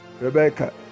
Rebecca